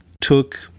took